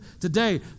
today